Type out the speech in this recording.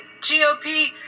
GOP